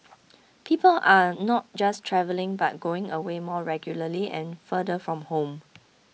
people are not just travelling but going away more regularly and farther from home